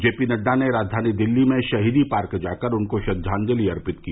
JP Nadda ने राजधानी दिल्ली में शहीदी पार्क जाकर उनको श्रद्धांजलि अर्पित की